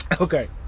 okay